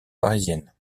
parisienne